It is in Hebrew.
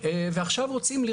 אנחנו עושים את